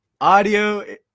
audio